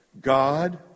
God